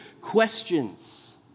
questions